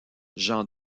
jean